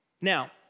Now